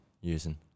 using